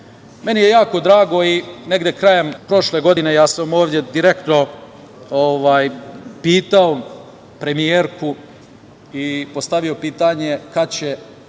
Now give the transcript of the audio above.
je jako drago i negde krajem prošle godine ovde sam direktno pitao premijerku i postavio pitanje kada će